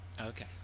Okay